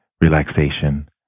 relaxation